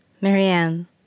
Marianne